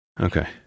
Okay